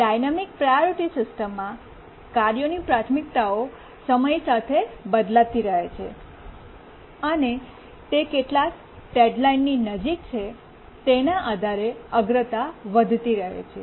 dynamic priority સિસ્ટમમાં કાર્યોની પ્રાથમિકતાઓ સમય સાથે બદલાતી રહે છે અને તે કેટલા ડેડ્લાઇનની નજીક છે તેના આધારે અગ્રતા વધતી રહે છે